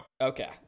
Okay